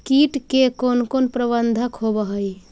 किट के कोन कोन प्रबंधक होब हइ?